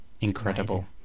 incredible